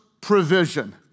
provision